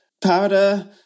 Powder